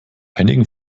einigen